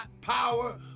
power